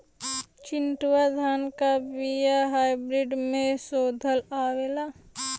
चिन्टूवा धान क बिया हाइब्रिड में शोधल आवेला?